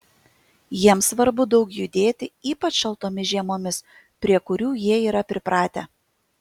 jiems svarbu daug judėti ypač šaltomis žiemomis prie kurių jie yra pripratę